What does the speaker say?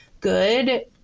good